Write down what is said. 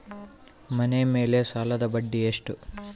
ಮನೆ ಮೇಲೆ ಸಾಲದ ಬಡ್ಡಿ ಎಷ್ಟು?